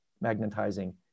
magnetizing